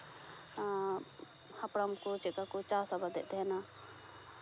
ᱦᱟᱯᱲᱟᱢ ᱠᱚ ᱪᱮᱫᱞᱮᱠᱟ ᱠᱚ ᱪᱟᱥ ᱟᱵᱟᱫᱮᱫ ᱛᱟᱦᱮᱱᱟ